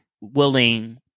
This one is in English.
willing